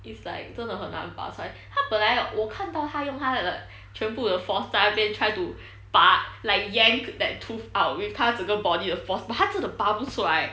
is like 真的很难拔出来他本来我看到他用他的全部的 force 在那边 try to 拔 like yank that tooth out with 他整个 body 的 force but 他真的拔不出来